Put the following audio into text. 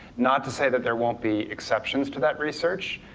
not to say that there won't be exceptions to that research.